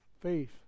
faith